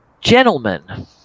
gentlemen